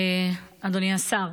אדוני השר,